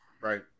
right